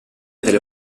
delle